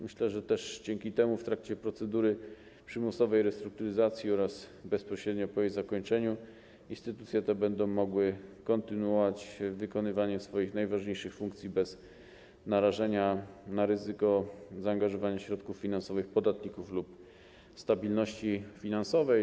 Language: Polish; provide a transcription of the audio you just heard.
Myślę, że też dzięki temu w trakcie procedury przymusowej restrukturyzacji oraz bezpośrednio po jej zakończeniu instytucje te będą mogły kontynuować wykonywanie swoich najważniejszych funkcji bez narażenia na ryzyko zaangażowania środków finansowych podatników lub stabilności finansowej.